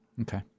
Okay